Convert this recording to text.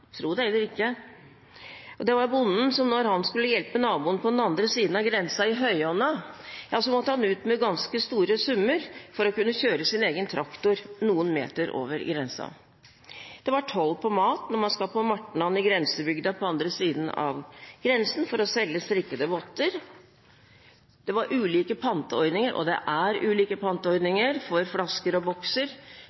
tro det eller ei. Det var bonden som, når han skulle hjelpe naboen på den andre siden av grensen i høyonna, måtte ut med ganske store summer for å kunne kjøre sin egen traktor noen meter over grensen. Det var toll på mat når man skulle på «martnan» i grensebygda på andre siden av grensen for å selge strikkede votter. Det var ulike panteordninger – og det er ulike